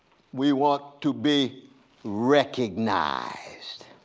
we want to be recognized.